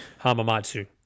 Hamamatsu